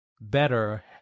better